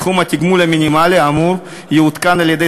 סכום התגמול המינימלי האמור יעודכן על-ידי